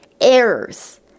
errors